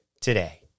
today